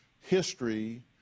history